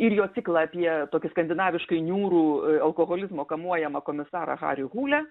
ir jo ciklą apie tokį skandinaviškai niūrų alkoholizmo kamuojamą komisarą harį hūlę